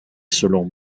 selon